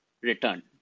return